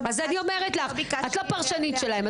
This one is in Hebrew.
אז אני אומרת לך, את לא פרשנית שלהם.